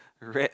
rats